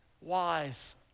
Wise